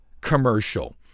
commercial